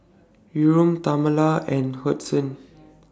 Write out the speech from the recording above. Yurem Tamala and Hudson